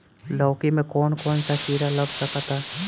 लौकी मे कौन कौन सा कीड़ा लग सकता बा?